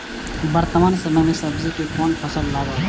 वर्तमान समय में सब्जी के कोन फसल लागत?